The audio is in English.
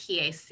PAC